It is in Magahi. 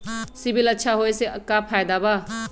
सिबिल अच्छा होऐ से का फायदा बा?